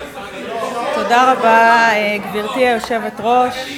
גברתי היושבת-ראש,